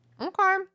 Okay